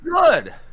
good